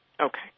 Okay